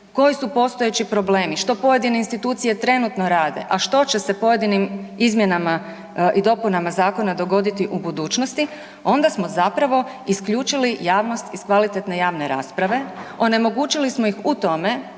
koji su postojeći problemi, što trenutne institucije trenutno rade, a što će se pojedinim izmjenama i dopunama zakona dogoditi u budućnosti, onda smo zapravo isključili javnost iz kvalitetne javne rasprave, onemogućili smo ih u tome